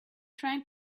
trying